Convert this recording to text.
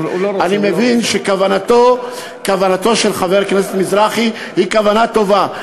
אני מבין שכוונתו של חבר הכנסת מזרחי היא כוונה טובה,